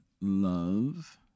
love